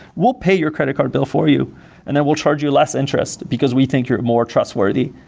we'll pay your credit card bill for you and then we'll charge you less interest, because we think you're more trustworthy,